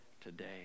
today